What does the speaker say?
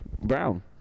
brown